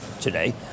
today